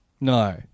No